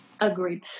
Agreed